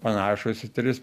panašūs į tris